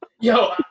Yo